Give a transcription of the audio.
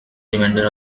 remainder